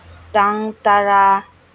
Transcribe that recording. ꯇꯥꯡ ꯇꯔꯥ